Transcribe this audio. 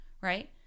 right